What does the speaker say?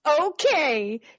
okay